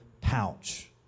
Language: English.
pouch